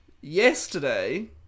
Yesterday